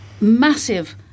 massive